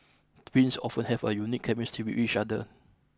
twins often have a unique chemistry with each other